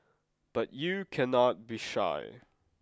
but you cannot be shy